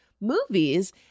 movies